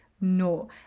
no